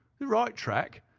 the right track!